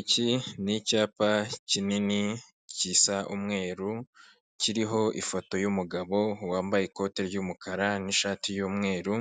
Iki n'icyapa kinini gisa umweru, kiriho ifoto y'umugabo wambaye ikoti ry'umukara n'ishati y'umweru,